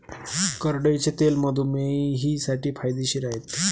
करडईचे तेल मधुमेहींसाठी फायदेशीर आहे